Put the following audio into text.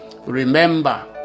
Remember